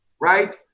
right